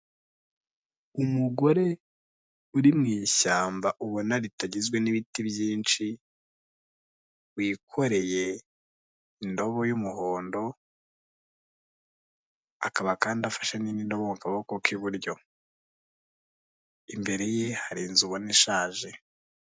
Umugore uri mu ishyamba ubona ritagizwe n'ibiti byinshi wikoreye indobo y'umuhondo akaba kandi afashe n'indi ndobo mu kaboko k'iburyo, imbere ye hari inzu ubone ishaje.